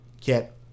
get